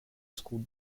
school